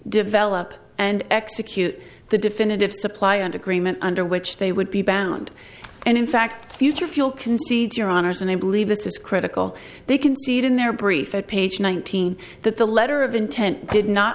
develop and execute the definitive supply and agreement under which they would be bound and in fact future fuel concedes your honour's and i believe this is critical they concede in their brief page nineteen that the letter of intent did not